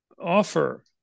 offer